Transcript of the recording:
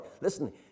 Listen